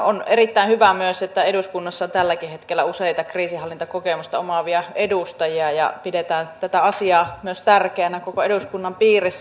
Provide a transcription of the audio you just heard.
on erittäin hyvä myös että eduskunnassa on tälläkin hetkellä useita kriisinhallintakokemusta omaavia edustajia ja pidetään tätä asiaa myös tärkeänä koko eduskunnan piirissä